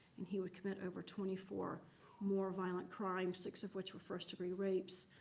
and he would commit over twenty four more violent crimes, six of which were first degree rapes,